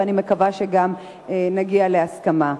ואני מקווה שגם נגיע להסכמה.